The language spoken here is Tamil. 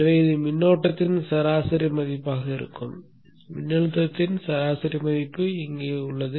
எனவே இது மின்னோட்டத்தின் சராசரி மதிப்பாக இருக்கும் மின்னழுத்தத்தின் சராசரி மதிப்பு இங்கே கொடுக்கப்பட்டுள்ளது